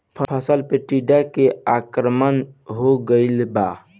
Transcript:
फसल पे टीडा के आक्रमण हो गइल बा?